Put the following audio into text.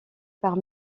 par